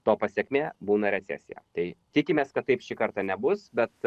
to pasekmė būna recesija tai tikimės kad taip šį kartą nebus bet